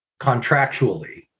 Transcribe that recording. contractually